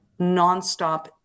nonstop